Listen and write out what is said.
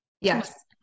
Yes